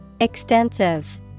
Extensive